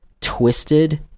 twisted